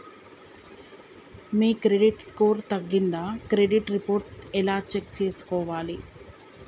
మీ credit score తగ్గిందా credit report ఎలా check చేసుకోవాలి?